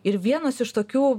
ir vienas iš tokių